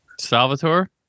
Salvatore